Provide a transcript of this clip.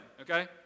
okay